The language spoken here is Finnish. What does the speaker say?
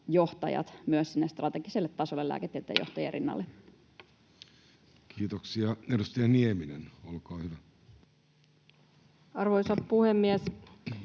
sinne strategiselle tasolle lääketieteen johtajien rinnalle. Kiitoksia. — Edustaja Nieminen, olkaa hyvä. Arvoisa puhemies!